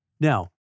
Now